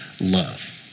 love